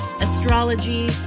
astrology